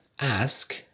Ask